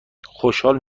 خوشحال